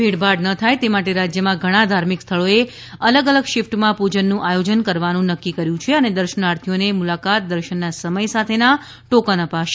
ભીડભાડ ના થાય તે માટે રાજ્યમાં ઘણાં ધાર્મિક સ્થળોએ અલગ અલગ શીફ્ટમાં પૂજનનું આયોજન કરવાનું નક્કી કર્યું છે અને દર્શનાર્થીઓને મુલાકાત દર્શનના સમય સાથેના ટોકન અપાશે